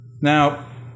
Now